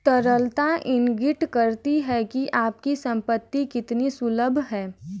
तरलता इंगित करती है कि आपकी संपत्ति कितनी सुलभ है